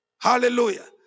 Hallelujah